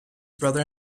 brother